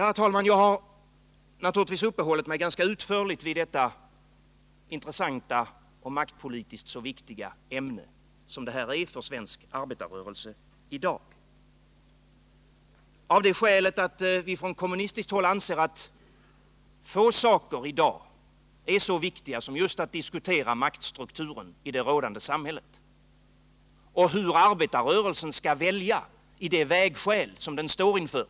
Herr talman! Jag har uppehållit mig ganska utförligt vid detta intressanta och maktpolitiskt så viktiga ämne för svensk arbetarrörelse i dag av det skälet att vi från kommunistiskt håll anser att få saker f. n. är så viktiga som just att diskutera maktstrukturen i det rådande samhället och hur arbetarrörelsen skall välja i det vägskäl som den står inför.